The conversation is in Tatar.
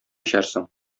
эчәрсең